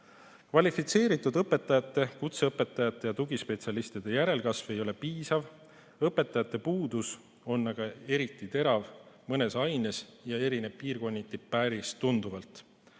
omavalitsusel. Kvalifitseeritud õpetajate, kutseõpetajate ja tugispetsialistide järelkasv ei ole piisav. Õpetajate puudus on aga eriti terav mõnes aines ja erineb piirkonniti päris tunduvalt.